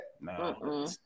No